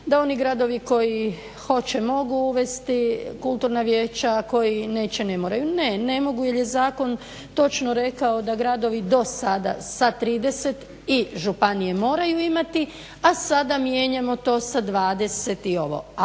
da oni gradovi koji hoće mogu uvesti kulturna vijeća, koji neće ne moraju. Ne, ne mogu jer je zakon točno rekao da gradovi do sada sa 30 i županije moraju imati, a sada mijenjamo to sa 20 i ovo,